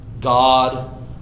God